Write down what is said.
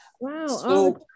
wow